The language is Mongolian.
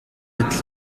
адил